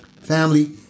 family